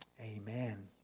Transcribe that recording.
Amen